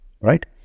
right